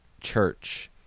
church